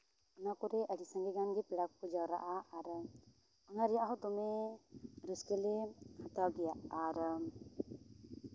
ᱚᱱᱟ ᱠᱚᱨᱮᱜ ᱟᱹᱰᱤ ᱥᱟᱸᱜᱮ ᱜᱟᱱ ᱜᱮ ᱯᱮᱲᱟ ᱠᱚ ᱠᱚ ᱡᱟᱣᱨᱟᱜᱼᱟ ᱟᱨ ᱚᱱᱟ ᱨᱮᱭᱟᱜ ᱦᱚᱸ ᱫᱚᱢᱮ ᱨᱟᱹᱥᱠᱟᱹ ᱞᱮ ᱦᱟᱛᱟᱣ ᱜᱮᱭᱟ ᱟᱨ